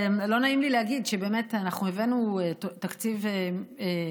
לא נעים לי להגיד שבאמת אנחנו הבאנו תקציב תחבורה